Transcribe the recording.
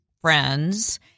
Friends